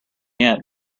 yet